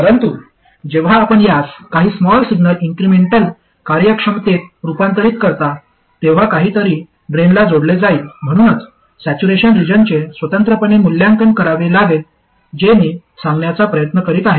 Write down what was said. परंतु जेव्हा आपण यास काही स्मॉल सिग्नल इन्क्रिमेंटल कार्यक्षमतेत रुपांतरित करता तेव्हा काहीतरी ड्रेनला जोडले जाईल म्हणूनच सॅच्युरेशन रिजनचे स्वतंत्रपणे मूल्यांकन करावे लागेल जे मी सांगण्याचा प्रयत्न करीत आहे